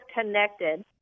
connected